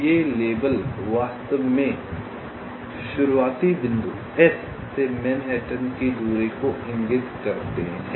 ये लेबल वास्तव में शुरुआती बिंदु S से मैनहट्टन की दूरी को इंगित करते हैं